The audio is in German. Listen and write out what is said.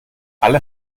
alle